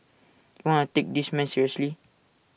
wanna take this man seriously